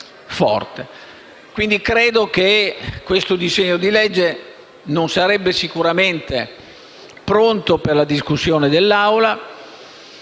quindi, che questo disegno di legge non sarebbe sicuramente pronto per la discussione dell'Assemblea